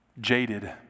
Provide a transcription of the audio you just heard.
jaded